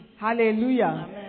Hallelujah